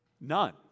None